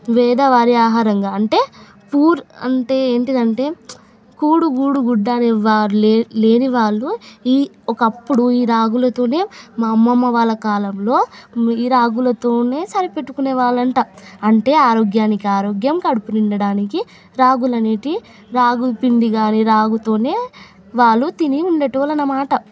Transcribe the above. పేదవారి ఆహారంగా అంటే పూర్ అంటే ఏంటంటే కూడుగూడు గుడ్డ అనేవారు లేనివారు ఈ ఒకప్పుడు ఈ రాగులతోనే మా అమ్మమ్మ వాళ్ళ కాలంలో ఈ రాగులతోనే సరిపెట్టుకునే వాలంట అంటే ఆరోగ్యానికి ఆరోగ్యం కడుపు నిండడానికి రాగులు అనేవి రాగులు పిండి కానీ రాగులతో వాళ్ళు తిని ఉండే వాళ్ళు అన్నమాట